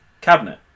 cabinet